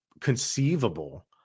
conceivable